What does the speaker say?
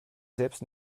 selbst